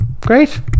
Great